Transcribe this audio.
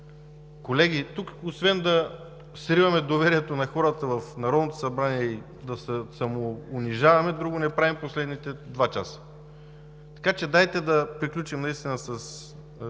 Колеги, тук освен да сриваме доверието на хората в Народното събрание и да се самоунижаваме, друго не правим в последните два часа. Така че дайте да приключим с